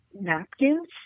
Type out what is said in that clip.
napkins